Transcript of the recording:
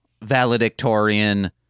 valedictorian